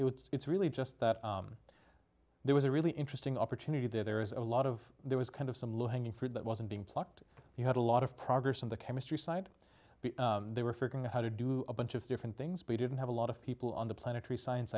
it's really just that there was a really interesting opportunity there there is a lot of there was kind of some low hanging fruit that wasn't being plucked you had a lot of progress on the chemistry side they were figuring out how to do a bunch of different things we didn't have a lot of people on the planetary science